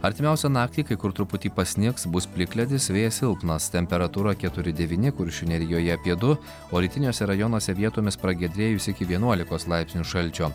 artimiausią naktį kai kur truputį pasnigs bus plikledis vėjas silpnas temperatūra keturi devyni kuršių nerijoje apie du o rytiniuose rajonuose vietomis pragiedrėjus iki vienuolikos laipsnių šalčio